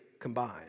combined